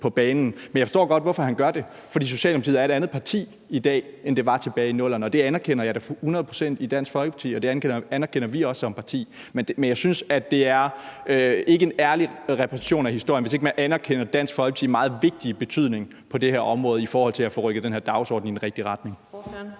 på banen, men jeg forstår godt, hvorfor han gør det. Det er, fordi Socialdemokratiet er et andet parti i dag, end det var tilbage i 00'erne. Det anerkender jeg og vi i Dansk Folkeparti da også hundrede procent. Men jeg synes, at det ikke er en ærlig præsentation af historien, hvis ikke man anerkender Dansk Folkepartis meget vigtige betydning på det her område i forhold til at få rykket den her dagsorden i den rigtige retning.